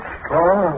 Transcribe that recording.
strong